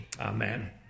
Amen